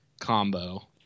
combo